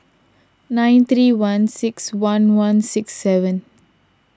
nine three one six one one six seven